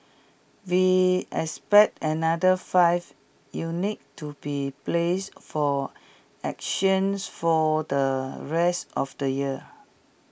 we expect another five units to be placed for auctions for the rest of the year